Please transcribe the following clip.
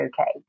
okay